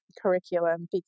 curriculum